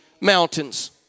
mountains